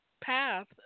path